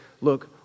look